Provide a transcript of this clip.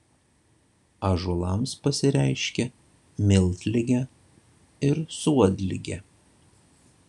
ąžuolams pasireiškia miltligė ir suodligė